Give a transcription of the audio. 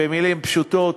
במילים פשוטות: